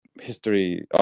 history